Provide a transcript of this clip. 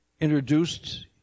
introduced